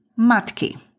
matki